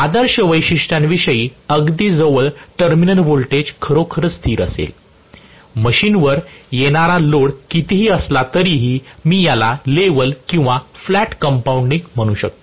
आदर्श वैशिष्ट्यांशी अगदी जवळ टर्मिनल व्होल्टेज खरोखरच स्थिर असेल मशीनवर येणार लोड कितीही असला तरीही मी याला लेव्हल किंवा फ्लॅट कंपाऊंडिंग म्हणू शकते